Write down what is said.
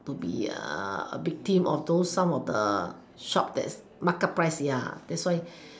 to be a victim of those some of the shop that's marked up price ya that's why